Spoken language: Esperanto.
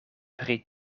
pri